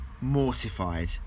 mortified